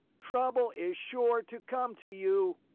trouble is sure to come to you!